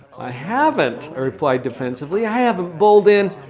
i haven't, i replied defensively. i haven't bowled in.